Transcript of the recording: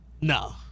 no